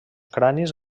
cranis